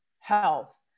health